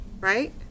right